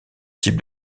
types